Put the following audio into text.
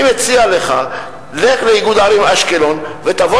אני מציע לך: לך לאיגוד ערים אשקלון ותבוא